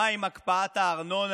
מה עם הקפאת הארנונה?